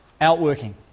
outworking